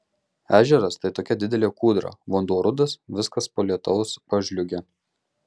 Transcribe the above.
ežeras tai tokia didelė kūdra vanduo rudas viskas po lietaus pažliugę